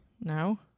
No